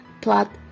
plot